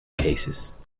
cases